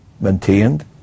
maintained